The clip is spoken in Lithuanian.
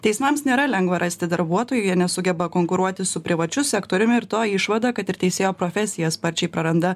teismams nėra lengva rasti darbuotojų jie nesugeba konkuruoti su privačiu sektoriumi ir to išvada kad ir teisėjo profesija sparčiai praranda